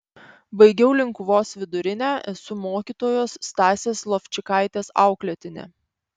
baigiau linkuvos vidurinę esu mokytojos stasės lovčikaitės auklėtinė